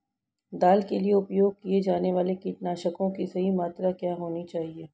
दाल के लिए उपयोग किए जाने वाले कीटनाशकों की सही मात्रा क्या होनी चाहिए?